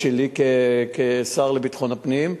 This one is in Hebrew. שלי כשר לביטחון הפנים,